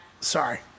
sorry